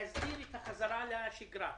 להסדיר את החזרה לשגרה.